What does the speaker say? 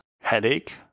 headache